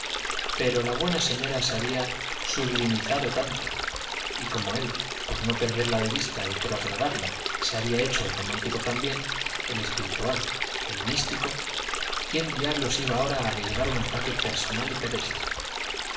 pero la buena señora se había sublimizado tanto y como él por no perderla de vista y por agradarla se había hecho el romántico también el espiritual el místico quién diablos iba ahora a arriesgar un ataque personal y pedestre